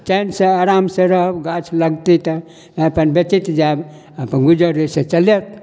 चैनसँ आरामसँ रहब गाछ लगतै तऽ अपन बेचैत जाएब अपन गुजर ओहिसँ चलत